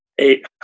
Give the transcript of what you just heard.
Eight